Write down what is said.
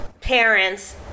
parents